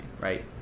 right